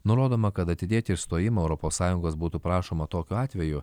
nurodoma kad atidėti išstojimo europos sąjungos būtų prašoma tokiu atveju